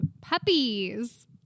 puppies